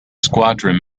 squadron